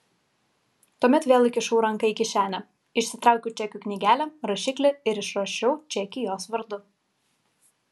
tuomet vėl įkišau ranką į kišenę išsitraukiau čekių knygelę rašiklį ir išrašiau čekį jos vardu